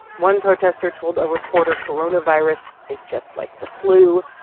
one protester told a reporter coronavirus is just like the flu,